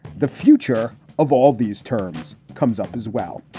the future of all these turns comes up as well.